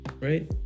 Right